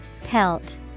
Pelt